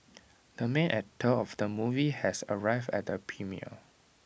the main actor of the movie has arrived at the premiere